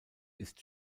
ist